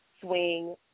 swing